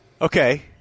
Okay